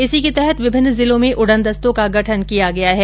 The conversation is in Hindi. इसी के तहत विभिन्न जिर्लों में उड़न दस्तों का गठन किया गया है